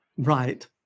Right